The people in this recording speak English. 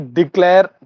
declare